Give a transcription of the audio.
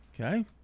Okay